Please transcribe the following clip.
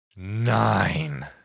nine